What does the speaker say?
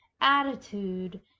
attitude